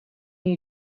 you